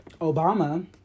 Obama